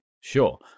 sure